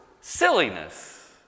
silliness